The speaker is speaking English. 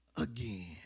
again